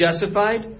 justified